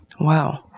Wow